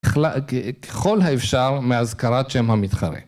‫ככל האפשר, מהזכרת שם המתחרה.